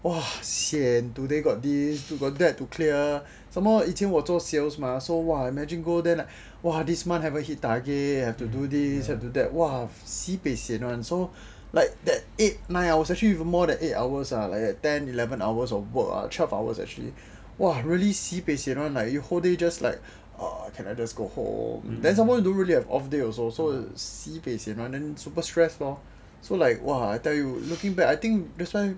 !wah! sian today got this still got that to clear some more 以前我做 sales mah so imagine !wah! go there !wah! go there this month haven't hit target have to do this have to do that !wah! sibeh sian [one] so like that eight nine hours actually even more than eight hours like ten eleven hours of work twelve hours actually !wah! really sibeh sian [one] like you whole day just like can I just go home then someone you don't really have off day also so sibeh sian [one] then super stressful lor then looking back I think same